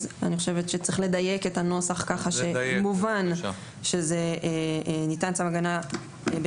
אז אני חושבת שצריך לדייק את הנוסח כך שמובן שניתן צו הגנה בתנאי